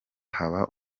haba